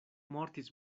mortis